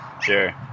Sure